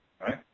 right